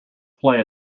play